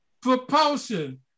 propulsion